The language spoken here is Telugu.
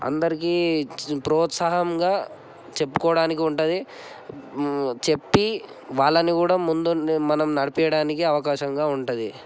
అందరికీ ప్రోత్సాహంగా చెప్పుకోవడానికి ఉంటుంది చెప్పి వాళ్ళని కూడా ముందుండి మనం నడిపించడానికి అవకాశంగా ఉంటుంది